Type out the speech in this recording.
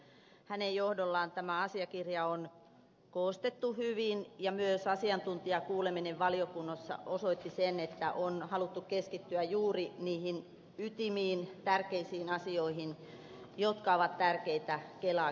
hänen johdollaan tämä asiakirja on koostettu hyvin ja myös asiantuntijakuuleminen valiokunnassa osoitti sen että on haluttu keskittyä juuri niihin ytimiin tärkeisiin asioihin jotka ovat tärkeitä kelaa käsiteltäessä